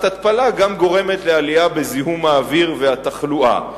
התפלה גם גורמת לעלייה בזיהום אוויר ובתחלואה.